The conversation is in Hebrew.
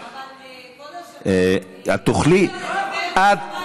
אבל כבוד היושב-ראש, ברמה האישית.